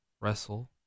wrestle